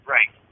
Right